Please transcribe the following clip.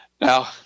Now